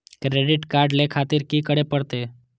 Credit card ले खातिर की करें परतें?